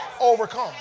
Overcome